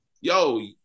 yo